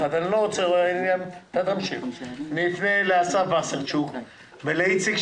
יחד איתך לאסף וסרצוג ולאיציק,